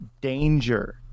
danger